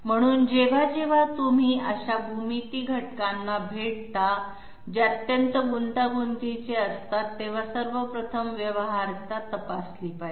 म्हणून जेव्हा जेव्हा तुम्ही अशा भूमिती घटकांना भेटता जे अत्यंत गुंतागुंतीचे असतात तेव्हा सर्व प्रथम व्यवहार्यता तपासली पाहिजे